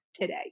today